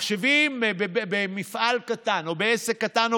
המחשבים במפעל קטן או בעסק קטן או